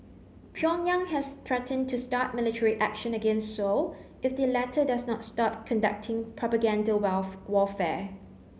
Pyongyang has threatened to start military action against Seoul if the latter does not stop conducting propaganda warfare